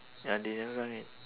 ya they never come in